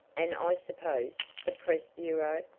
and, i suppose, the press bureau.